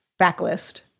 backlist